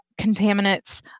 contaminants